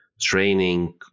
training